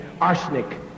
arsenic